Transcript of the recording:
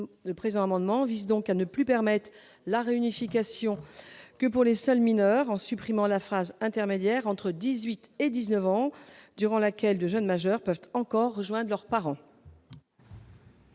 de ses parents. Il s'agit donc de ne plus permettre la réunification que pour les seuls mineurs, en supprimant la phase intermédiaire entre 18 ans et 19 ans durant laquelle de jeunes majeurs peuvent encore rejoindre leurs parents.